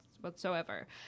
whatsoever